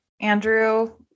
Andrew